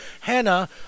hannah